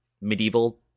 medieval